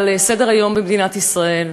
למדינת ישראל.